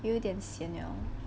有点 sian liao